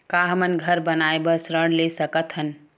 का हमन घर बनाए बार ऋण ले सकत हन?